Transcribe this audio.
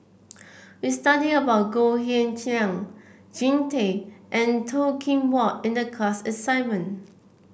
we studied about Goh Cheng Liang Jean Tay and Toh Kim Hwa in the class assignment